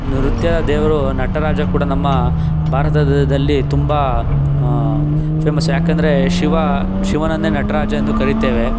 ನೃತ್ಯದೇವರು ನಟರಾಜ ಕೂಡ ನಮ್ಮ ಭಾರತದಲ್ಲಿ ತುಂಬ ಫೇಮಸ್ ಯಾಕಂದರೆ ಶಿವ ಶಿವನನ್ನೇ ನಟರಾಜ ಎಂದು ಕರಿತೇವೆ